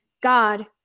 god